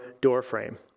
doorframe